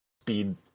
speed